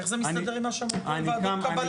איך זה מסתדר עם מה שאמרו פה על ועדות קבלה,